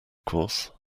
course